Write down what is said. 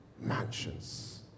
mansions